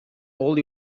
all